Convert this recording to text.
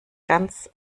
ganz